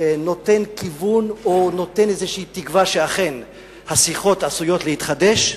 נותן כיוון או נותן תקווה שאכן השיחות עשויות להתחדש,